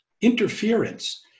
interference